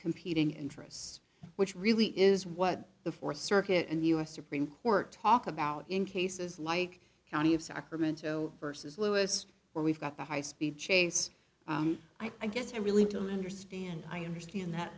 competing interests which really is what the th circuit and the u s supreme court talk about in cases like county of sacramento versus lewis where we've got the high speed chase i guess i really don't understand i understand that